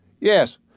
Yes